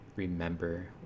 Remember